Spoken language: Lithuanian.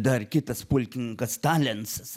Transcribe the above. dar kitas pulkininkas talensas